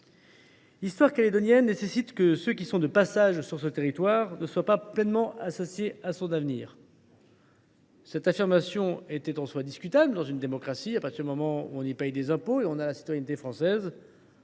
L’histoire calédonienne nécessite que ceux qui sont de passage sur le territoire ne soient pas pleinement associés à son avenir. Cette affirmation est en soi discutable dans une démocratie dans laquelle on paie des impôts et dont on a la citoyenneté, mais,